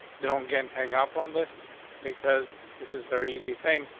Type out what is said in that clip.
don't get hang up on this because this is very easy thing.